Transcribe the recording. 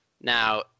Now